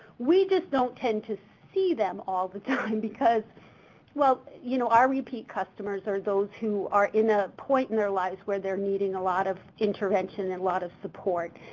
we just don't tend to see them all the time, because well, you know, our repeat customers are those who are in a point in their lives where they're needing a lot of intervention and a lot of support.